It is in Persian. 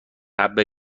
حبه